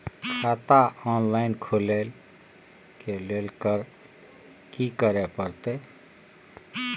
खाता ऑनलाइन खुले ल की करे परतै?